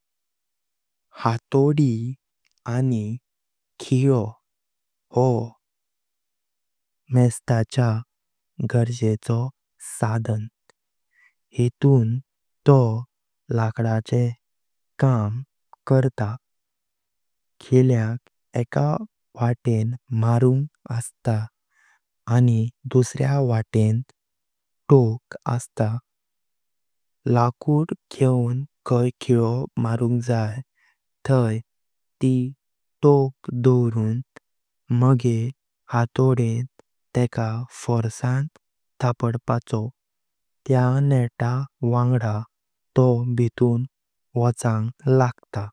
हातोडी आनी खीळो हो मेस्ताचा गार्जेचे सदान, हितुनूत तो लकडाचा काम करतात। खीळ्याक एका वाटेन मारुंग असता आनी दुसऱ्या वाटेन थूक असता, लकूट घेवून खाई खीळो मारुंग जाई थाई ती थूक धारण मागे हातोडेन तेका फोर्सान थपटपाचो त्यात नेता वांगडा तो भितून वोंचांग लागतां।